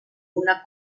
una